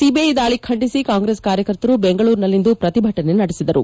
CII ದಾಳಿ ಖಂಡಿಸಿ ಕಾಂಗ್ರೆಸ್ ಕಾರ್ಯಕರ್ತರು ಬೆಂಗಳೂರಿನಲ್ಲಿಂದು ಪ್ರತಿಭಟನೆ ನಡೆಸಿದರು